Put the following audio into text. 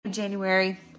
january